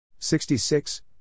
66